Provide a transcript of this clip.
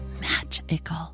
magical